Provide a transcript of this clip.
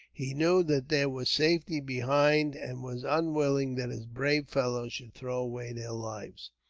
he knew that there was safety behind, and was unwilling that his brave fellows should throw away their lives.